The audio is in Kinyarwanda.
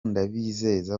ndabizeza